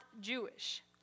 Jewish